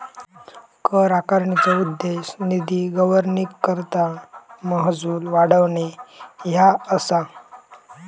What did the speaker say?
कर आकारणीचो उद्देश निधी गव्हर्निंगकरता महसूल वाढवणे ह्या असा